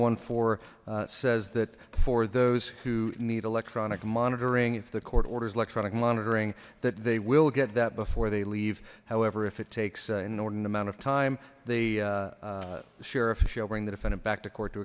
one four says that for those who need electronic monitoring if the court orders electronic monitoring that they will get that before they leave however if it takes an inordinate amount of time the sheriff is she'll bring the defendant back to court to